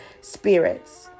spirits